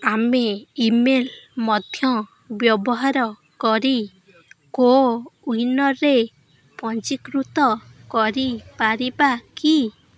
ଆମେ ଇମେଲ୍ ମଧ୍ୟ ବ୍ୟବହାର କରି କୋୱିନ୍ରେ ପ୍ଞ୍ଜୀକୃତ କରିପାରିବା କି